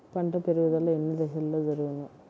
పంట పెరుగుదల ఎన్ని దశలలో జరుగును?